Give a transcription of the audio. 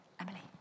Emily